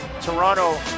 Toronto